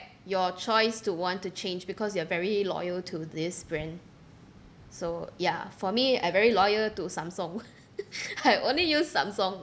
your choice to want to change because you are very loyal to this brand so ya for me I very loyal to Samsung I only use Samsung